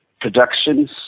productions